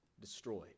destroyed